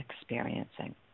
experiencing